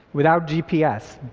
without gps.